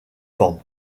formes